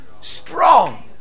strong